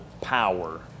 power